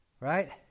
Right